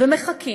ומחכים,